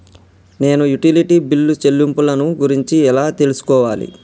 నేను utility bill చెల్లింపులను గురించి ఎలా తెలుసుకోవాలి?